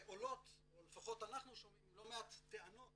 ועולות, או לפחות אנחנו שומעים לא מעט טענות